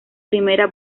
primera